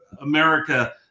america